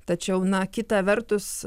tačiau na kita vertus